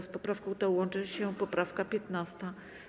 Z poprawką tą łączy się poprawka 15.